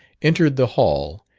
entered the hall,